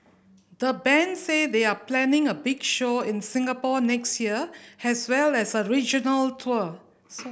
the band say they are planning a big show in Singapore next year has well as a regional tour